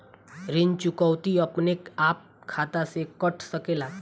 ऋण चुकौती अपने आप खाता से कट सकेला?